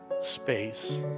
space